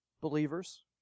believers